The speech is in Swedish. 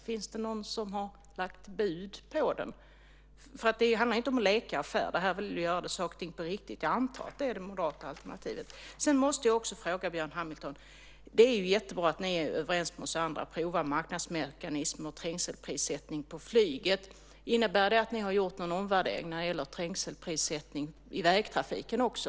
Finns det någon som har lagt bud på den? Det handlar ju inte om att leka affär. Det handlar väl om att göra saker och ting på riktigt. Jag antar att det är det moderata alternativet. Sedan måste jag också ställa en annan fråga till Björn Hamilton. Det är jättebra att ni är överens med oss andra om att prova marknadsmekanismer och trängselprissättning på flyget. Innebär det att ni har gjort någon omvärdering när det gäller trängselprissättning i vägtrafiken också?